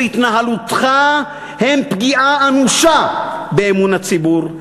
התנהלותך הם פגיעה אנושה באמון הציבור,